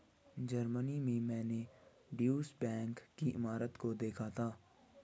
Germany में मैंने Deutsche bank की इमारत को देखा था